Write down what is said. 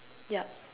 yup